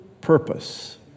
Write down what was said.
purpose